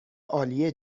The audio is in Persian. عالی